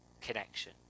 connection